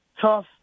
tough